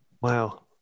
Wow